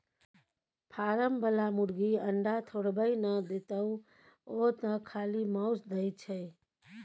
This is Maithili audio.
फारम बला मुरगी अंडा थोड़बै न देतोउ ओ तँ खाली माउस दै छै